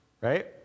right